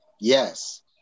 Yes